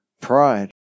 pride